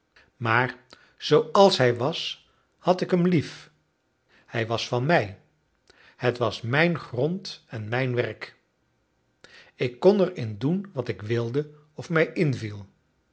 maar zooals hij was had ik hem lief hij was van mij het was mijn grond en mijn werk ik kon er in doen wat ik wilde of mij inviel